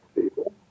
people